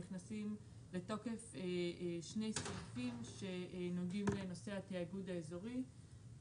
נכנסים לתוקף שני סעיפים שנוגעים לנושא התאגוד האזורי.